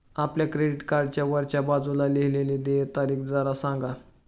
आपल्या क्रेडिट कार्डच्या वरच्या बाजूला लिहिलेली देय तारीख जरा सांगा